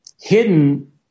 hidden